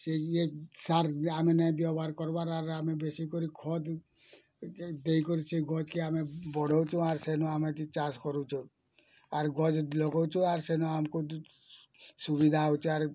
ସେ ଇଏ ସାର୍ ଆମେ ନାଇ ବ୍ୟବହାର କର୍ବାର ଆରେ ଆମେ ବେଶି କରି ଖଦ୍ ଦେଇ କରି ସେ ଗଛ୍ କେ ଆମେ ବଡ଼ଉଛୁ ଆର୍ ସେନ ଆମେ ଚାଷ କରୁଛୁ ଆର୍ ଗରିବ୍ ଲଗଉଛୁ ଆର୍ ସେନ ଆମକୁ ସୁବିଧା ହଉଛି ଆର୍